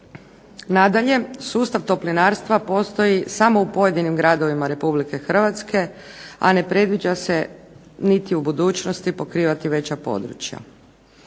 Nadalje, sustav toplinarstva postoji samo u pojedinim gradovima Republike Hrvatske, a ne predviđa se niti u budućnosti pokrivati veća područja.